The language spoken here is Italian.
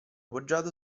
poggiato